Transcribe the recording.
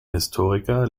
historiker